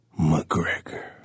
McGregor